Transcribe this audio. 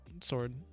sword